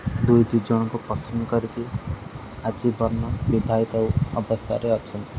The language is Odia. ଦୁଇ ଦୁଇ ଜଣଙ୍କୁ ପସନ୍ଦ କରିକି ଆଜି ବର୍ଣ୍ଣ ବିବାହିତ ଅବସ୍ଥାରେ ଅଛନ୍ତି